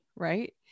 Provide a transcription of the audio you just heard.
right